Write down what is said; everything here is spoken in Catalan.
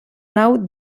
nau